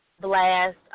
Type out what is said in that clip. blast